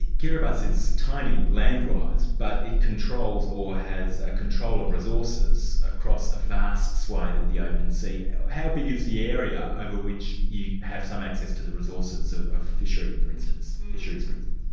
kiribati is tiny land-wise, but it controls or has ah control of resources across a vast swathe of the open sea. how how big is the area over which you have some access to the resources of of fishery, for instance? fisheries for instance?